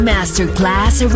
Masterclass